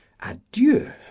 adieu